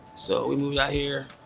so we moved out here.